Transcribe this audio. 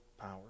power